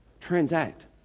transact